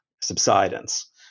subsidence